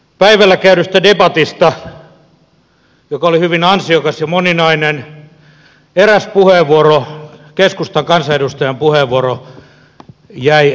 päivällä käydystä debatista joka oli hyvin ansiokas ja moninainen eräs puheenvuoro keskustan kansanedustajan puheenvuoro jäi askarruttamaan